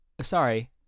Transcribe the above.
sorry